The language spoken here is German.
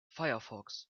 firefox